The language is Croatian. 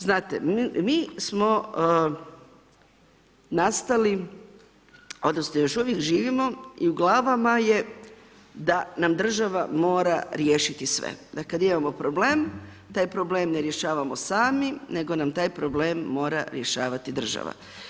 Znate, mi smo nastali, odnosno još uvijek živimo i u glavama je da nam država mora riješiti sve, da kad imamo problem taj problem ne rješavamo sami, nego nam taj problem mora rješavati država.